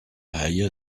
haie